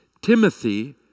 Timothy